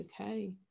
okay